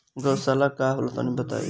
गौवशाला का होला तनी बताई?